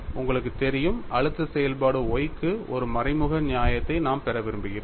உங்களுக்கு தெரியும் அழுத்த செயல்பாடு Y க்கு ஒரு மறைமுக நியாயத்தை நாம் பெற விரும்புகிறோம்